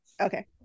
okay